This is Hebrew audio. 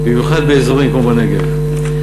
במיוחד באזורים כמו הנגב.